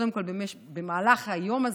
קודם כול, במהלך היום הזה,